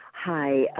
Hi